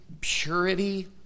purity